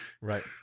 right